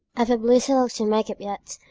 i've a blue silk to make up yet,